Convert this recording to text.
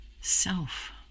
self